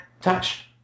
touch